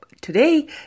Today